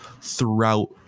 throughout